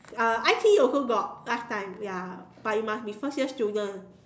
uh I_T_E also got last time ya but you must be first year student